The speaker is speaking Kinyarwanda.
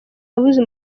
abuza